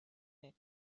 back